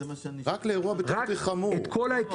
רק לאירוע בטיחותי חמור.